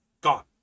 gone